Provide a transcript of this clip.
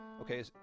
Okay